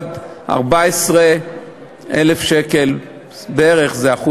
עד 14,000 שקלים בערך זה 1%,